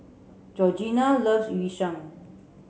Georgina loves Yu Sheng